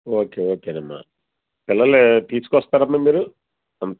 okay okay అమ్మా పిల్లలు తీసుకు వస్తారమ్మా మీరు